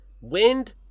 Wind